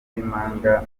b’impanga